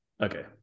Okay